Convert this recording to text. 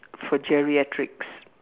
for geriatrics